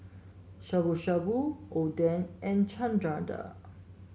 Shabu Shabu Oden and Chana Dal